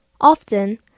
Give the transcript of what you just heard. Often